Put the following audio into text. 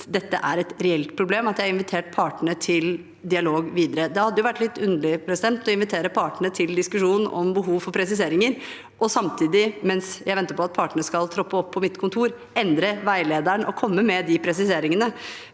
dette er et reelt problem, har jeg invitert partene til videre dialog. Det hadde vært litt underlig å invitere partene til diskusjon om behov for presiseringer og samtidig – mens jeg ventet på at partene skulle trappe opp på mitt kontor – endre veilederen og komme med de presiseringene.